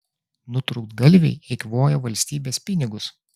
nutrūktgalviai eikvoja valstybės pinigus